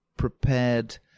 prepared